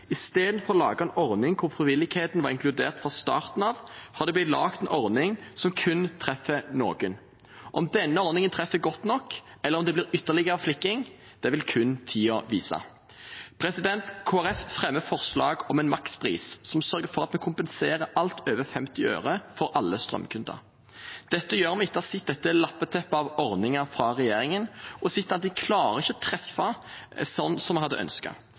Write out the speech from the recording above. Istedenfor å lage en ordning hvor frivilligheten var inkludert fra starten av, har det blitt laget en ordning som kun treffer noen. Om denne ordningen treffer godt nok, eller om det blir ytterligere flikking, vil kun tiden vise. Kristelig Folkeparti fremmer forslag om en makspris som sørger for at vi kompenserer alt over 50 øre for alle strømkunder. Dette gjør vi etter å ha sett lappeteppet av ordninger fra regjeringen og at de ikke klarer å treffe sånn som vi hadde